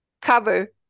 cover